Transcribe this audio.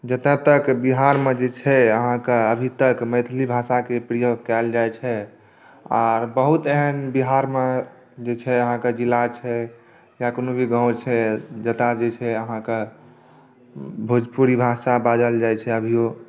जतय तक बिहारमे जे छै अहाँकेँ अभी तक मैथिली भाषाके प्रयोग कयल जाइत छै आर बहुत एहन बिहारमे जे छै अहाँकेँ जिला छै या कोनो भी गाँव छै जतय जे छै अहाँकेँ भोजपुरी भाषा बाजल जाइत छै अभिओ